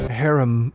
harem